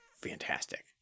fantastic